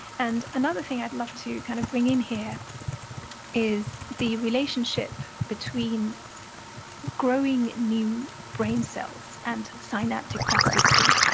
and another thing i'd love to kind of bring in here is the relationship between growing new brain cells and synaptic plasticity.